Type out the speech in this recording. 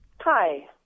Hi